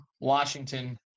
Washington